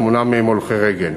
שמונה מהם הולכי רגל.